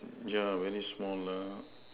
yeah very small lah